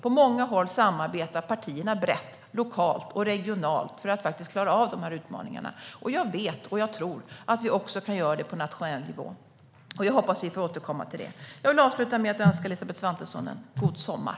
På många håll samarbetar partierna brett lokalt och regionalt för att klara av utmaningarna. Jag tror, och jag vet, att vi kan göra det också på nationell nivå. Jag hoppas att vi får återkomma till det. Jag vill avsluta med att önska Elisabeth Svantesson en god sommar.